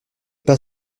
pas